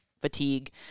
fatigue